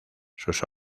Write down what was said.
sus